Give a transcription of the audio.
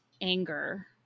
anger